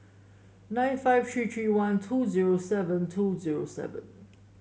nine five three three one two zero seven two zero seven